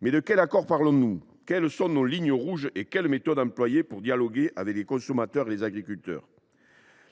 De quel accord parlons nous ? Quelles sont nos lignes rouges et quelles méthodes seront employées pour dialoguer avec les consommateurs et les agriculteurs ?